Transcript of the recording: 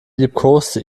liebkoste